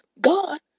God